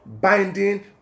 binding